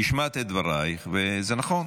השמעת את דברייך, וזה נכון.